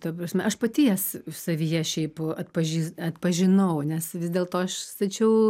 ta prasme aš paties savyje šiaip atpažį atpažinau nes vis dėlto aš stačiau